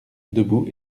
debout